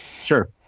Sure